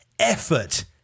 Effort